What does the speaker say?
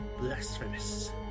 blasphemous